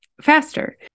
faster